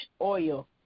oil